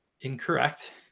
Incorrect